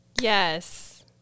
Yes